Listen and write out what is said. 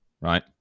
right